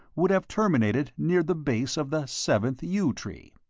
would have terminated near the base of the seventh yew tree.